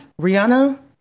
Rihanna